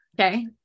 Okay